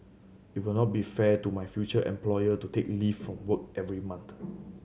it will not be fair to my future employer to take leave from work every month